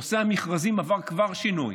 נושא המכרזים כבר עבר שינוי.